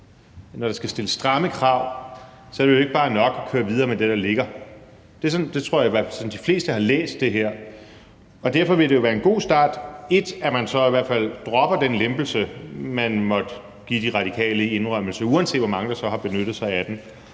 Når der skal stilles stramme krav, er det jo ikke bare nok at køre videre med det, der ligger. Det tror jeg i hvert fald er sådan, de fleste har læst det her. Og derfor vil det jo være en god start, at man 1) i hvert fald dropper den lempelse, man måtte give De Radikale i indrømmelse, uanset hvor mange der så har benyttet sig af den,